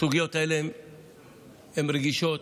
הסוגיות האלה הן רגישות.